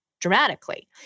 dramatically